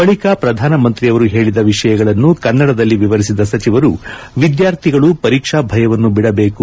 ಬಳಿಕ ಪ್ರಧಾನಮಂತ್ರಿಯವರು ಹೇಳಿದ ವಿಷಯಗಳನ್ನು ಕನ್ನಡದಲ್ಲಿ ವಿವರಿಸಿದ ಸಚಿವರು ವಿದ್ಯಾರ್ಥಿಗಳು ಪರೀಕ್ಷಾ ಭಯವನ್ನು ಬಿಡಬೇಕು